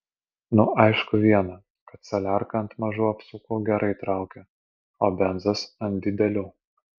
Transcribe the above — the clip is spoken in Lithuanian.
nu aišku viena kad saliarka ant mažų apsukų gerai traukia o benzas ant didelių